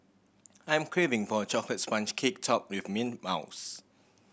I'm craving for a chocolate sponge cake topped with mint mouse